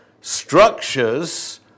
structures